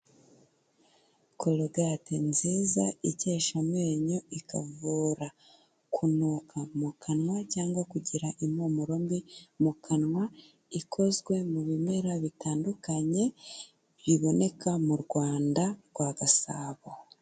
Korogate nziza, ikesha amenyo, ikavura kunuka mu kanwa cyangwa kugira impumuro mbi mu kanwa, ikozwe mu bimera bitandukanye biboneka mu Rwanda rwa Gasabo.